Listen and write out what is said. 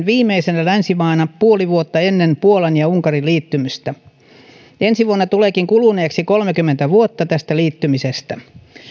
viimeisenä länsimaana puoli vuotta ennen puolan ja unkarin liittymistä ensi vuonna tuleekin kuluneeksi kolmekymmentä vuotta tästä liittymisestä